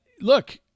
look